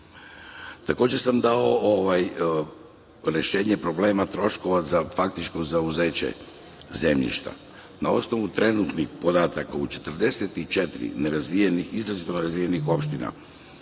drugih. Takođe sam dao rešenje problema troškova za faktičko zauzeće zemljišta. Na osnovu trenutnih podataka, u 44 nerazvijene, izrazito nerazvijene opštine